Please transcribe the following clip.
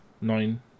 Nine